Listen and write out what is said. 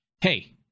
Hey